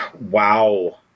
wow